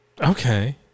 Okay